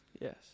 Yes